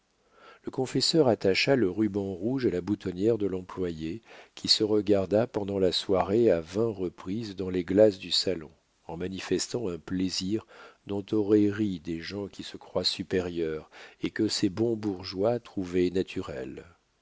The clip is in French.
le confesseur attacha le ruban rouge à la boutonnière de l'employé qui se regarda pendant la soirée à vingt reprises dans les glaces du salon en manifestant un plaisir dont auraient ri des gens qui se croient supérieurs et que ces bons bourgeois trouvaient naturel